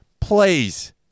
please